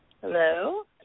Hello